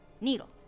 needle